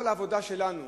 כל העבודה שלנו